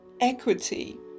equity